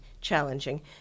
challenging